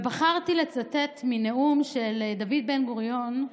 ובחרתי לצטט מנאום של דוד בן-גוריון,